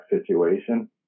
situation